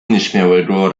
nieśmiałego